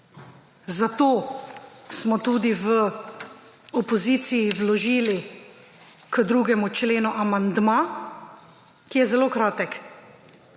Zato smo tudi v opoziciji vložili k 2. členu amandma, ki je zelo kratek,